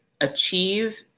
achieve